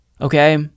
okay